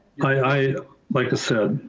i like said,